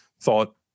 Thought